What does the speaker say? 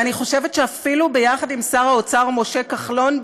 ואני חושבת שאפילו ביחד עם שר האוצר משה כחלון,